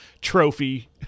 trophy